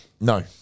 No